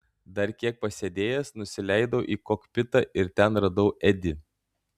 dar kiek pasėdėjęs nusileidau į kokpitą ir ten radau edį